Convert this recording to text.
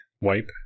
Wipe